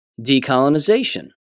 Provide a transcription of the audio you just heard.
decolonization